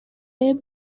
این